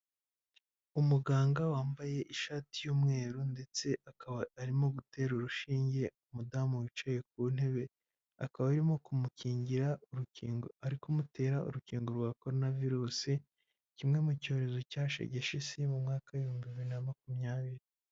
Umuganga wambaye ishati y'umweru ndetse akaba arimo gutera urushinge umudamu wicaye ku ntebe, akaba arimo kumukingira urukingo, ari kumutera urukingo rwa koronavirusi, kimwe mu cyorezo cyashegeshe isi mu mwaka w'ibihumbi bibiri na makumyabiri.